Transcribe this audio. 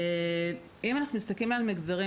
אם אנחנו מסתכלים על מגזרים,